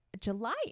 July